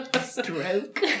Stroke